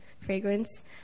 fragrance